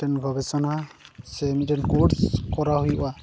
ᱢᱤᱫᱴᱮᱱ ᱜᱚᱵᱮᱥᱚᱱᱟ ᱥᱮ ᱢᱤᱫᱴᱮᱱ ᱠᱳᱨᱥ ᱠᱚᱨᱟᱣ ᱦᱩᱭᱩᱜᱼᱟ